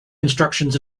instructions